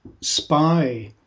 spy